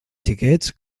xiquets